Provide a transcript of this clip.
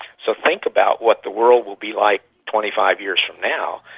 so think about what the world will be like twenty five years from now,